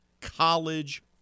college